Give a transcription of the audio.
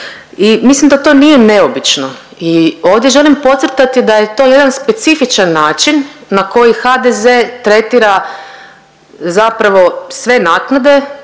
mislim da to nije neobično i ovdje želim podcrtati da je to jedan specifičan način na koji HDZ tretira zapravo sve naknade